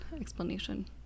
explanation